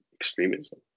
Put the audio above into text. extremism